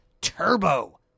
Turbo